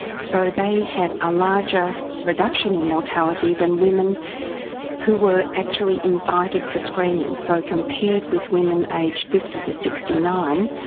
so they had a larger reduction in mortality than women who were actually invited for screening. so, compared with women aged fifty to sixty nine,